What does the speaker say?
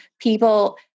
people